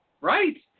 Right